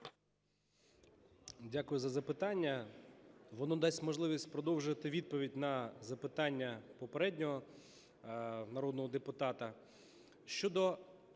Дякую за запитання. Воно дасть можливість продовжити відповідь на запитання попереднього народного депутата.